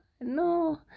no